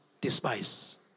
despise